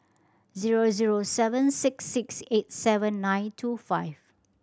zero zero seven six six eight seven nine two five